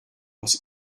aus